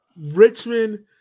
Richmond